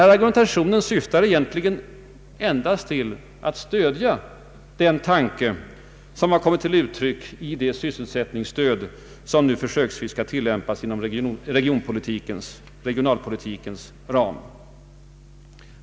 Min argumentation syftar egentligen endast till att stödja den tanke som kommer till uttryck i det sysselsättningsstöd som nu försöksvis skall tillämpas inom regionalpolitikens ram.